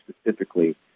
specifically